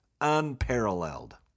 unparalleled